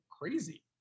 crazy